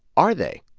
are they?